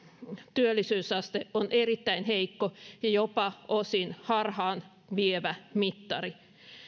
työllisyysaste on erittäin heikko ja jopa osin harhaan vievä mittari